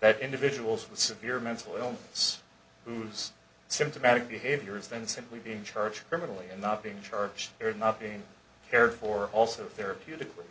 that individuals with severe mental illness whose symptomatic behavior is then simply being charged criminally and not being charged or not being cared for also therapeutic who